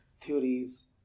theories